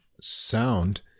sound